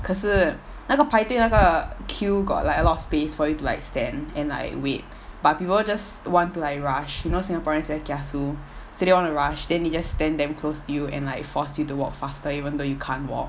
可是那个排队那个 queue got like a lot of space for you to like stand and like wait but people just want to like rush you know singaporeans very kiasu so they want to rush then they just stand damn close to you and like force you to walk faster even though you can't walk